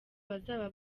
bazaba